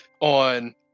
on